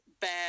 bad